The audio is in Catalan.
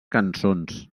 cançons